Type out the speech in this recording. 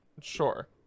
Sure